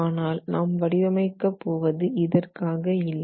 ஆனால் நாம் வடிவமைக்க போவது இதற்காக இல்லை